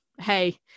hey